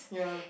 ya